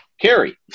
Carrie